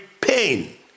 pain